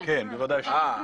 כן, בוודאי שכן.